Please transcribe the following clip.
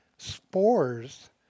spores